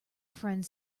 friend